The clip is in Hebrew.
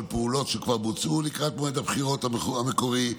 פעולות שכבר בוצעו לקראת מועד הבחירות המקורי,